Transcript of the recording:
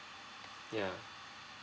ya